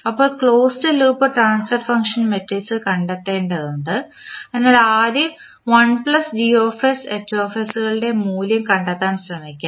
ഇപ്പോൾ closed loop transfer function matrix കണ്ടെത്തേണ്ടതുണ്ട് അതിനാൽ ആദ്യം കളുടെ മൂല്യം കണ്ടെത്താൻ ശ്രമിക്കാം